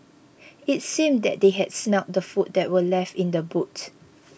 it seemed that they had smelt the food that were left in the boot